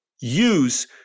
use